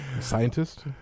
Scientist